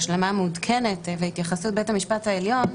את ההשלמה המעודכנת והתייחסות בית המשפט העליון,